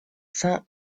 sint